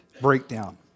breakdown